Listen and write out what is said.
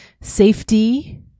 Safety